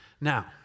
Now